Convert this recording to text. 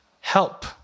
help